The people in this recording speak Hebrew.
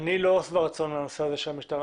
אני חייב לומר שאני לא שבע רצון מהנושא הזה של המשטרה.